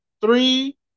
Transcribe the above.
three